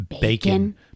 bacon